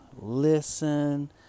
listen